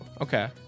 Okay